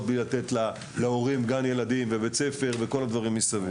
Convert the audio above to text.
בלי לתת להורים גני ילדים ובתי ספר ואת כל הדברים מסביב.